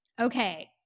Okay